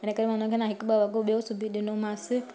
हिनकरे मां हुनखे मां हिक ॿ वॻो ॿियो सिॿी ॾिनोमांसि